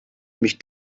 mich